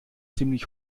ziemlich